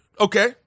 Okay